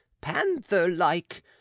panther-like